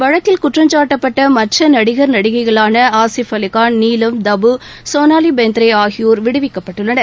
வழக்கில் குற்றம்சாட்டப்பட்ட மற்ற நடிகர் நடிகைகளான ஆஷிப் அலிகான் நீலம் தபு சோனாலி பிந்த்ரே ஆகியோர் விடுவிக்கப்பட்டுள்ளனர்